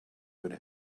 would